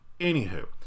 anywho